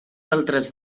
altres